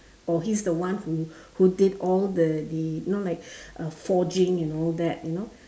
or he is the one who who did all the the you know like forging and all that you know